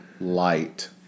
light